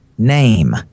name